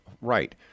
right